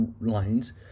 lines